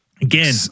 again